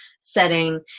setting